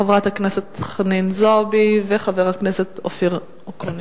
חברת הכנסת חנין זועבי וחבר הכנסת אופיר אקוניס.